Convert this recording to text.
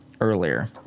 earlier